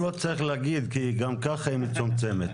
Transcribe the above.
הוא לא צריך להגיד, כי גם ככה היא מצומצמת.